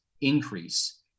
increase